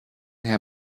herr